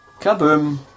Kaboom